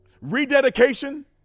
Rededication